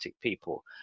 people